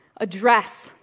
address